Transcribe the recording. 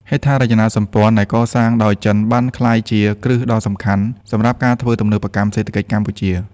ហេដ្ឋារចនាសម្ព័ន្ធដែលសាងសង់ដោយចិនបានក្លាយជាគ្រឹះដ៏សំខាន់សម្រាប់ការធ្វើទំនើបកម្មសេដ្ឋកិច្ចកម្ពុជា។